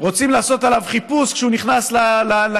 כשרוצים לעשות עליו חיפוש כשהוא נכנס לכלא,